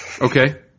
Okay